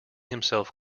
himself